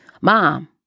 mom